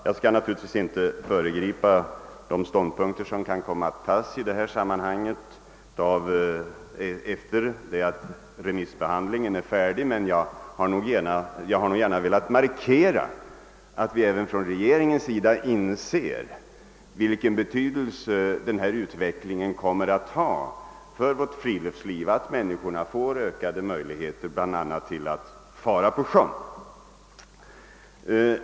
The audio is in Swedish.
Jag skall naturligtvis inte föregripa de ståndpunkter som kan komma att tas i det här sammanhanget efter det att remissbehandlingen är färdig, men jag har gärna velat markera att vi även från regeringens sida inser vilken betydelse det kommer att få för vårt friluftsliv att människorna får ökade möjligheter bl.a. till att fara på sjön.